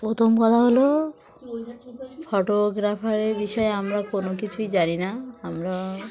প্রথম কথা হলো ফটোগ্রাফারের বিষয়ে আমরা কোনো কিছুই জানি না আমরা